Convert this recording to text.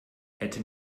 hätte